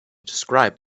described